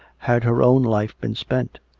had her own life been spent?